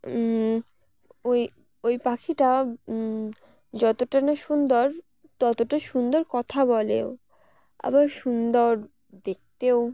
ওই ওই পাখিটা যতটা না সুন্দর ততটা সুন্দর কথা বলেও আবার সুন্দর দেখতেও